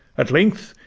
at length,